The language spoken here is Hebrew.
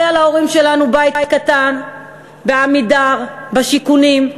היה להורים שלנו בית קטן ב"עמידר", בשיכונים.